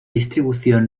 distribución